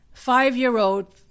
Five-year-old